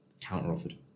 counter-offered